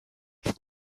hari